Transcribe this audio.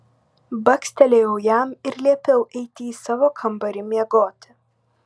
bakstelėjau jam ir liepiau eiti į savo kambarį miegoti